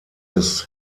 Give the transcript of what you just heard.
des